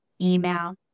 email